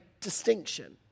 distinction